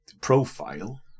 profile